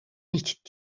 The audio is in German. nicht